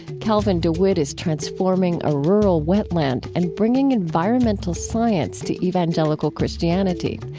calvin dewitt is transforming a rural wetland and bringing environmental science to evangelical christianity.